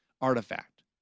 artifact